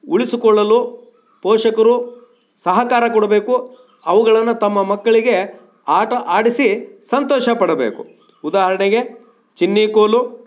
ಉಳಿಸಿಕೊಳ್ಳಲು ಪೋಷಕರು ಸಹಕಾರ ಕೊಡಬೇಕು ಅವುಗಳನ್ನು ತಮ್ಮ ಮಕ್ಕಳಿಗೆ ಆಟ ಆಡಿಸಿ ಸಂತೋಷ ಪಡಬೇಕು ಉದಾಹರಣೆಗೆ ಚಿನ್ನಿಕೋಲು